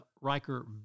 Riker